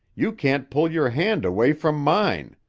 you can't pull your hand away from mine.